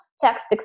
text